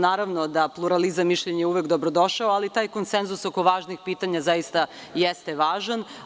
Naravno da je pluralizam mišljenja uvek dobrodošao, ali taj konsenzus oko važnih pitanja zaista jeste važan.